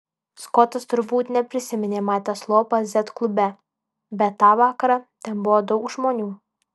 skotas turbūt neprisiminė matęs lopą z klube bet tą vakarą ten buvo daug žmonių